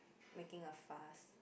making a fuss